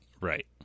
Right